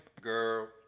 girl